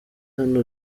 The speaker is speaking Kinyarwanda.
hano